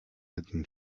hidden